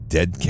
Dead